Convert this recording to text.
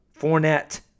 Fournette